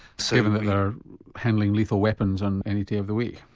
so given they're handling lethal weapons on any day of the week?